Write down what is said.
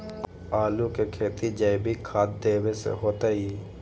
आलु के खेती जैविक खाध देवे से होतई?